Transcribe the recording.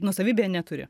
nuosavybėje neturi